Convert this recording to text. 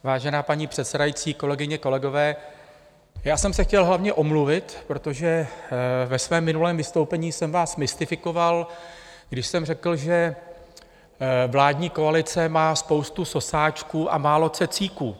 Vážená paní předsedající, kolegyně, kolegové, já jsem se chtěl hlavně omluvit, protože ve svém minulém vystoupení jsem vás mystifikoval, když jsem řekl, že vládní koalice má spoustu sosáčků a málo cecíků.